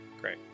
Great